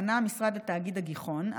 פנה המשרד לתאגיד הגיחון,